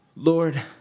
Lord